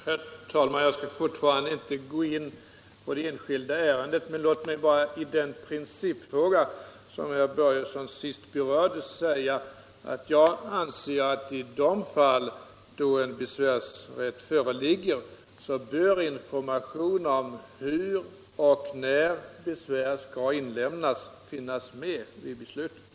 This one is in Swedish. Herr talman! Jag skall fortfarande inte gå in på det enskilda ärendet. Men låt mig bara i den principfråga som herr Börjesson i Falköping sist berörde säga att jag anser att i de fall då besvärsrätt föreligger, så bör information om hur och när besvär skall inlämnas finnas med i beslutet.